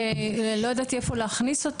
לא ידעתי איפה לא הכניס את